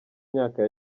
myaka